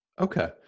Okay